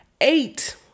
Eight